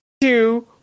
two